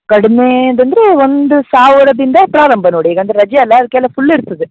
ಕಡಿಮೆದಂದ್ರೆ ಒಂದು ಸಾವಿರದಿಂದ ಪ್ರಾರಂಭ ನೋಡಿ ಈಗ ರಜೆ ಅಲ್ಲ ಅದಕ್ಕೆ ಎಲ್ಲ ಫುಲ್ ಇರ್ತದೆ